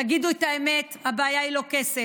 תגידו את האמת, הבעיה היא לא כסף,